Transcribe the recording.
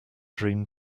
dream